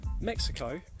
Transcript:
Mexico